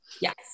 yes